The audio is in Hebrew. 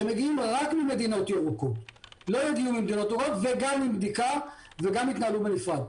שמגיעים רק ממדינות ירוקות וגם עם בדיקה וגם יתנהלו בנפרד?